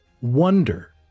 wonder